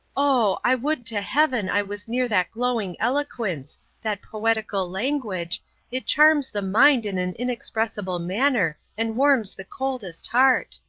oh! i would to heaven i was near that glowing eloquence that poetical language it charms the mind in an inexpressible manner, and warms the coldest heart.